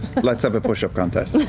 let's have a push-up contest.